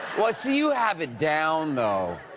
see, you have it down though.